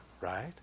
Right